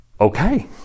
Okay